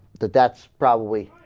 that that's probably